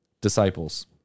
disciples